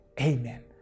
Amen